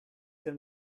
can